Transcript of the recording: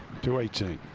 to eighteen.